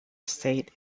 estate